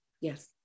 Yes